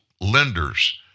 lenders